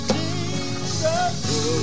Jesus